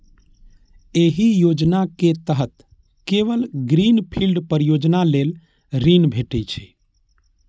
एहि योजना के तहत केवल ग्रीन फील्ड परियोजना लेल ऋण भेटै छै